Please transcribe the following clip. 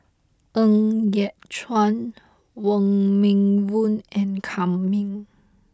Ng Yat Chuan Wong Meng Voon and Kam Ning